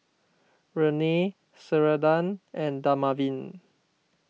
Rene Ceradan and Dermaveen